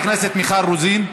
חברת הכנסת מיכל רוזין.